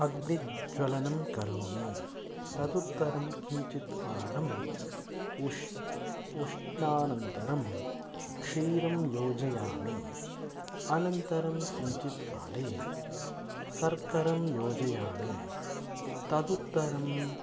अग्निज्वलनं करोमि तदुत्तरं किञ्चित् कालम् उष्णम् उष्णानन्तरं क्षीरं योजयामि अनन्तरं किञ्चित् काले सर्करां योजयामि तदुत्तरं